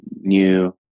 new